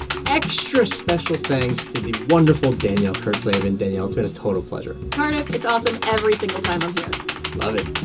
extra special thanks to the wonderful danielle kurtzleben danielle, it's been a total pleasure cardiff, it's awesome every single time i'm here love it.